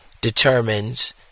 determines